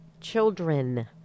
children